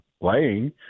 playing